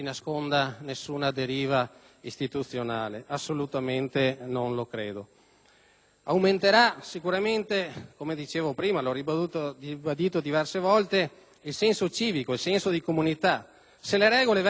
Aumenterà sicuramente - come ho detto prima e ho ribadito diverse volte - il senso civico e di comunità. Se le regole vengono rispettate - credo - ne abbiamo tutti da guadagnare, anche gli extracomunitari